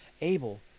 Abel